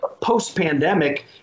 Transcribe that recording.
post-pandemic